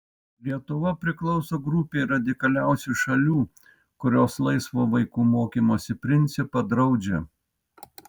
lietuva priklauso grupei radikaliausių šalių kurios laisvo vaikų mokymosi principą draudžia